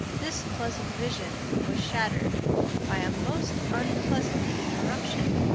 this pleasant vision was shattered by a most unpleasant interruption.